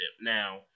Now